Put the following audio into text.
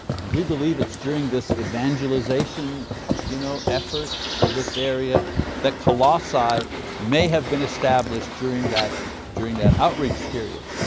and we believe it's during this evangelization you know effort for this area that colossae may have been established, during that during that outreach period.